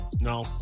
No